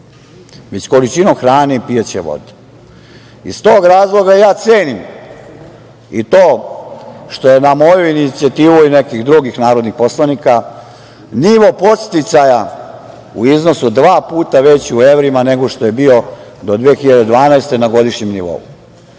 već količinom hrane i pijaće vode. Iz tog razloga ja cenim i to što je na moju inicijativu i nekih drugih narodnih poslanika nivo podsticaja u iznosu dva puta veći u evrima nego što je bio do 2012. godine, na godišnjem nivou.